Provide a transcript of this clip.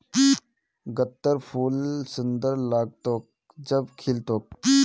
गत्त्रर फूल सुंदर लाग्तोक जब खिल तोक